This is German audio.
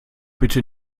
bitte